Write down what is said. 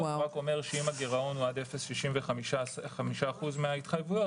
הוא רק אומר שאם הגירעון הוא עד 0.65% מן ההתחייבויות